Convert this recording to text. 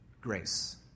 grace